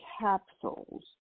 capsules